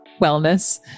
wellness